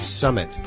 summit